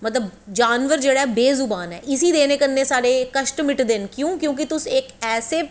मतलव जानवर जेह्ड़ा ऐ बेजुवान ऐ इसी देनें कन्नैं साढ़े कष्ट मिटदे न क्यों क्योंकि तुस इक ऐसे